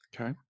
Okay